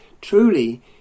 Truly